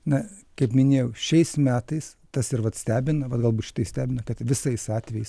na kaip minėjau šiais metais tas ir vat stebina va galbūt šitai stebina kad visais atvejais